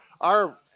our-